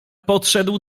podszedł